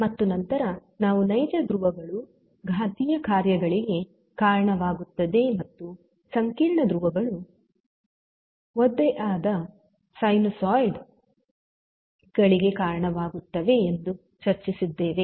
ಮತ್ತು ನಂತರ ನಾವು ನೈಜ ಧ್ರುವಗಳು ಘಾತೀಯ ಕಾರ್ಯಗಳಿಗೆ ಕಾರಣವಾಗುತ್ತವೆ ಮತ್ತು ಸಂಕೀರ್ಣ ಧ್ರುವಗಳು ಒದ್ದೆಯಾದ ಸೈನುಸಾಯ್ಡ್ಗಳಿಗೆ ಕಾರಣವಾಗುತ್ತವೆ ಎಂದು ಚರ್ಚಿಸಿದ್ದೇವೆ